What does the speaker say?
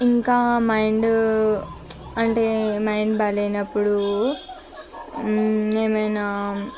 ఇంకా మైండు అంటే మైండ్ బాగోలేనప్పుడు ఏమైనా